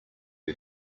who